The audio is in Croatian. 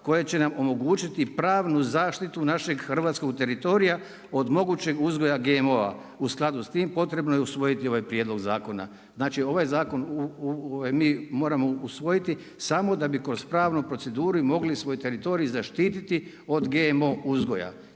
koje će nam omogućiti pravnu zaštitu našeg hrvatskog teritorija od mogućeg uzgoja GMO-a. U skladu s tim potrebno je usvojiti ovaj prijedlog zakona. Znači ovaj zakon mi moramo usvojiti samo da bi kroz pravnu proceduru i mogli svoj teritorij zaštititi od GMO uzgoja.